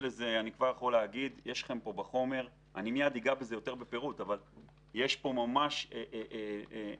אני מיד אגע בזה ביתר פירוט, אבל יש פה ממש משובים